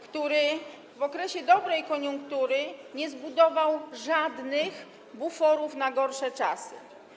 który w okresie dobrej koniunktury nie zbudował żadnych buforów na gorsze czasy.